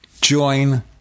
join